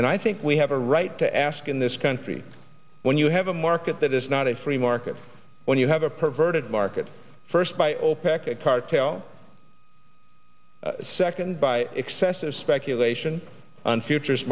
and i think we have a right to ask in this country when you have a market that is not a free market when you have a perverted market first by opec cartel second by excessive speculation on futures